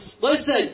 Listen